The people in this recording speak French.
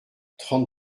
trente